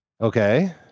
Okay